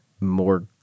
more